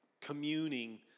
Communing